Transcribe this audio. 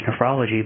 nephrology